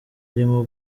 arimo